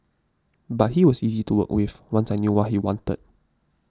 but he was easy to work with once I knew what he wanted